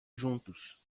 juntos